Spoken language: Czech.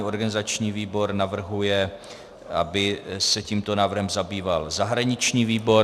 Organizační výbor navrhuje, aby se tímto návrhem zabýval zahraniční výbor.